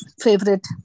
favorite